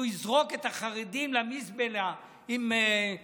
שהוא יזרוק את החרדים למזבלה, אם,